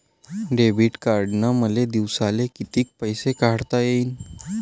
Debit कार्डनं मले दिवसाले कितीक पैसे काढता येईन?